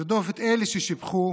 ירדוף את אלה ששיבחו